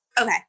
Okay